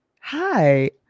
hi